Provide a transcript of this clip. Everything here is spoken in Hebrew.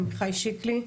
עמיחי שיקלי,